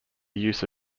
use